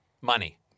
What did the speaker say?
Money